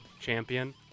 champion